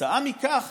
וכתוצאה מכך